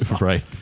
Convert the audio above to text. right